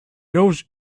knows